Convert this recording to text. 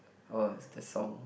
oh it's the song